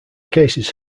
cases